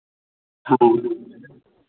हाँ